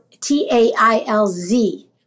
T-A-I-L-Z